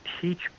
teach